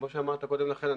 כמו שאמרת קודם לכן,